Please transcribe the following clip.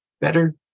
better